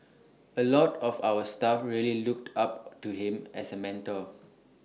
A lot of our staff really looked up to him as A mentor